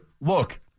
look